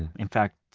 in fact,